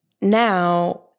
Now